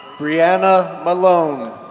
brianna malone.